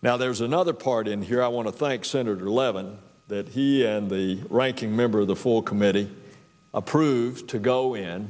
now there's another part in here i want to thank senator levin that he and the ranking member of the full committee approved to go in